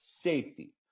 safety